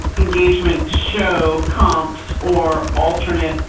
engagement to show comps or alternate.